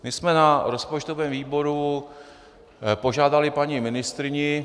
My jsme na rozpočtovém výboru požádali paní ministryni...